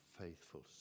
faithful